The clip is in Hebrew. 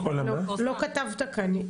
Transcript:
לא כתבת כאן.